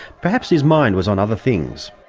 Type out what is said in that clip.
perhaps his mind was on other things.